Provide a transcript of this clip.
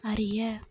அறிய